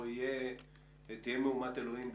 פה תהיה מהומת אלוהים,